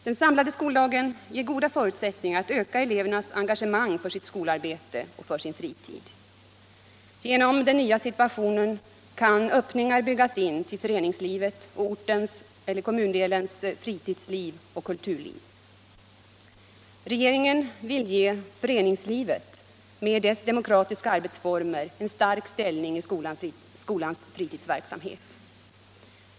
Den samlade skoldagen ger goda förutsättningar att öka elevernas engagemang för sitt skolarbete och för sin fritid. Genom den nya situationen kan öppningar byggas in till föreningslivet och ortens eller kommundelens fritidsliv och kulturliv. Regeringen vill ge föreningslivet med dess demokratiska arbetsformer en stark ställning i skolans fritidsverksamhet.